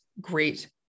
great